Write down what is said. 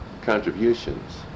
contributions